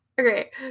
Okay